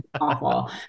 awful